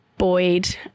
Boyd